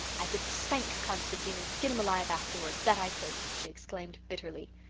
i could spank constantine and skin him alive afterwards, that i could, she exclaimed bitterly.